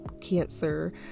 Cancer